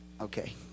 okay